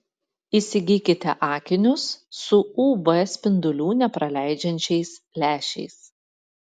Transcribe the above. įsigykite akinius su uv spindulių nepraleidžiančiais lęšiais